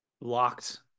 locked